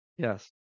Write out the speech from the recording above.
Yes